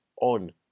on